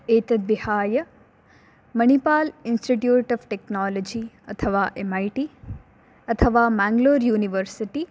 एतद्विहाय Manipal institute of technology अथवा M I T अथवा मान्गलूर् यूनिवर्सिटि